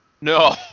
No